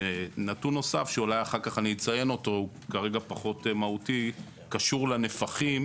נתון נוסף שאולי אחר כך אציין אותו כרגע פחות מהותי - קשור לנפחים